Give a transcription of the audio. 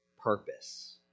purpose